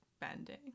bending